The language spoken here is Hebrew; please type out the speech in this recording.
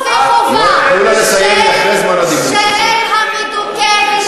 את נותנת לגיטימציה לזריקת אבנים?